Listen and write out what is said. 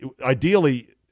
ideally